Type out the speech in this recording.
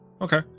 okay